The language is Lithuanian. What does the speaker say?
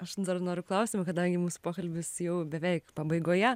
aš dar noriu klausimą kadangi mūsų pokalbis jau beveik pabaigoje